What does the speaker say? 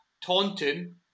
Taunton